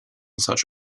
such